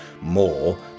more